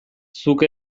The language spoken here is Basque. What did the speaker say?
zuk